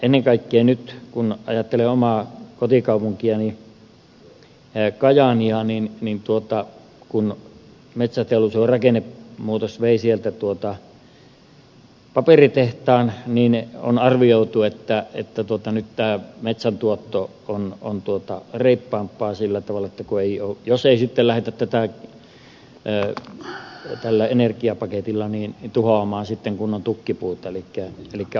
ennen kaikkea nyt kun ajattelen omaa kotikaupunkiani kajaania kun metsäteollisuuden rakennemuutos vei sieltä paperitehtaan niin on arvioitu että nyt metsän tuotto on tuottaa erittäin paha sillä tavalla teko ei reippaampaa jos ei sitten lähdetä energiapaketilla tuhoamaan kunnon tukkipuuta